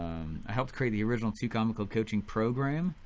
i helped create the original two comma club coaching program